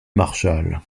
marshall